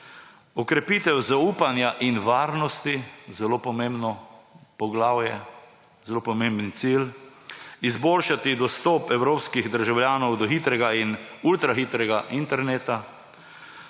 okrepitev zaupanja in varnosti ‒ zelo pomembno poglavje, zelo pomembni cilj ‒, izboljšati dostop evropskih državljanov do hitrega in ultra hitrega interneta,